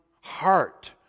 heart